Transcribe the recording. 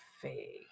fake